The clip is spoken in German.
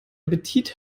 appetit